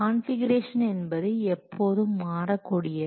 configuration என்பது எப்போதும் மாறக்கூடியது